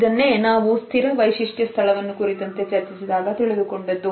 ಇದನ್ನೇ ನಾವು ಚಿರ ವೈಶಿಷ್ಟ್ಯ ಸ್ಥಳವನ್ನು ಕುರಿತಂತೆ ಚರ್ಚಿಸಿದಾಗ ತಿಳಿದುಕೊಂಡದ್ದು